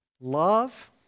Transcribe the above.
Love